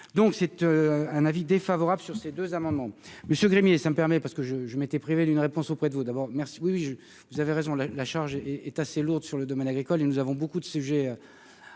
donc émis un avis défavorable sur ces deux amendements.